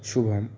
Shubham